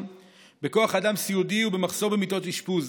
ובכוח אדם סיעודי ומחסור במיטות אשפוז.